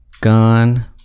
gone